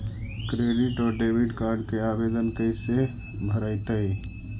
Credit और debit card के आवेदन कैसे भरैतैय?